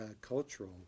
cultural